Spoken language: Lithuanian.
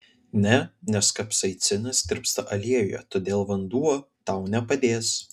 ne nes kapsaicinas tirpsta aliejuje todėl vanduo tau nepadės